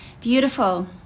beautiful